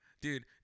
dude